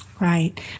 Right